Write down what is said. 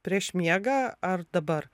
prieš miegą ar dabar